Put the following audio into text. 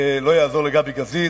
לא יעזור לגבי לגזית.